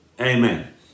Amen